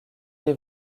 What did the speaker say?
les